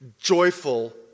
joyful